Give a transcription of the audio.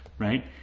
right?